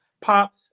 pop